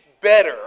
better